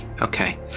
okay